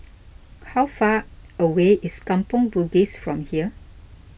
how far away is Kampong Bugis from here